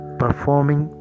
performing